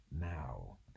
now